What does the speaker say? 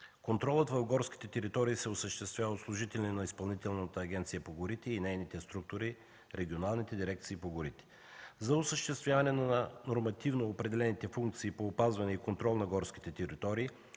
Контролът в горските територии се осъществява от служители на Изпълнителната агенция по горите и нейните структури – регионалните дирекции по горите. За осъществяване на нормативно определените функции по опазване и контрол на горските територии